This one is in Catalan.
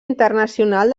internacional